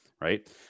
right